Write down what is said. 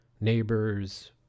Neighbors